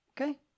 Okay